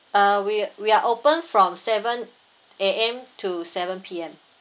uh we we're open from seven A_M to seven P_M